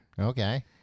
Okay